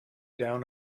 down